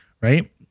right